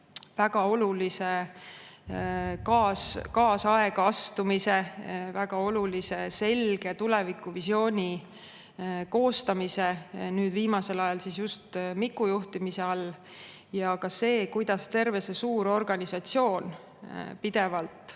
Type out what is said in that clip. väga olulise kaasaega astumise, väga olulise selge tulevikuvisiooni koostamise viimasel ajal, just Miku juhtimise all. Ka see, kuidas terve see suur organisatsioon pidevalt